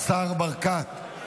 השר ברקת,